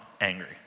angry